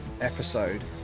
episode